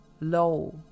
Low